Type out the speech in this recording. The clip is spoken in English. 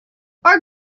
our